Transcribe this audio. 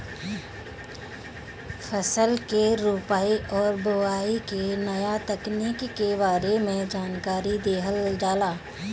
फसल के रोपाई और बोआई के नया तकनीकी के बारे में जानकारी देहल जाला